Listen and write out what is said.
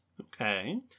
Okay